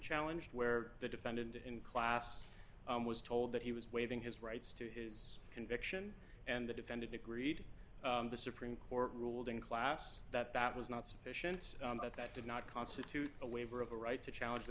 challenge where the defendant in class was told that he was waiving his rights to his conviction and the defendant agreed the supreme court ruled in class that that was not sufficient but that did not constitute a waiver of a right to challenge the